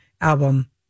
album